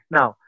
Now